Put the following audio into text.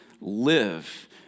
live